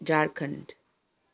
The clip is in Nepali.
झारखण्ड